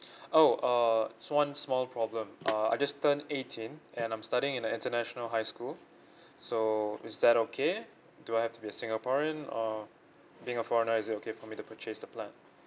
oh uh so one small problem uh I just turned eighteen and I'm studying in an international high school so is that okay do I have to be a singaporean or being a foreigner is it okay for me to purchase the plan